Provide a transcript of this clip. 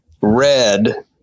red